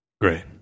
Great